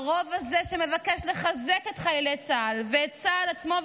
הרוב הזה שמבקש לחזק את חיילי צה"ל ואת צה"ל עצמו,